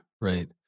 right